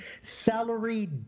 salary